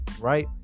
right